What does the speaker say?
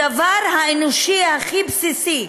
הדבר האנושי הכי בסיסי,